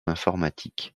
informatique